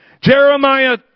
Jeremiah